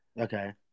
okay